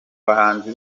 bahanzi